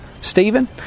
Stephen